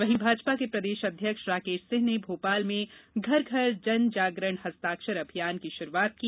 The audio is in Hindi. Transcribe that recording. वहीं भाजपा के प्रदेश अध्यक्ष राकेश सिंह ने भोपाल में घर घर जन जागरण हस्ताक्षर अभियान की शुरूआत की